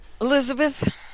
elizabeth